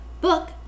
Book